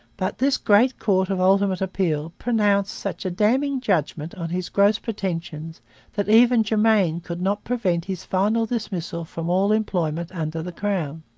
but this great court of ultimate appeal pronounced such a damning judgment on his gross pretensions that even germain could not prevent his final dismissal from all employment under the crown.